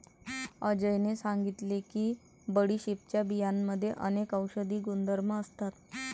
अजयने सांगितले की बडीशेपच्या बियांमध्ये अनेक औषधी गुणधर्म असतात